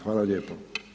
Hvala lijepo.